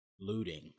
looting